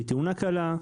איזושהי תאונה קלה,